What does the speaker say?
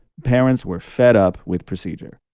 parents were fed up with procedure.